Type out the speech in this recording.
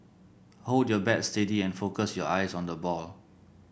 hold your bat steady and focus your eyes on the ball